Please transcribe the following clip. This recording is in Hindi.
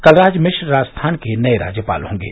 कलराज मिश्र राजस्थान के नए राज्यपाल होंगे